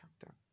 chapter